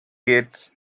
gates